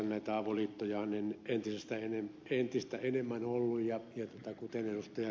näitä avoliittoja on entistä enemmän ollut ja kuten ed